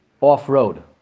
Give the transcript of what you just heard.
off-road